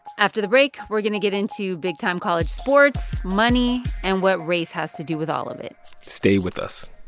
after the break, we're going to get into big-time college sports, money and what race has to do with all of it stay with us